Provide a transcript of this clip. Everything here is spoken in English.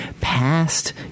past